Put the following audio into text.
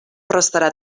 restarà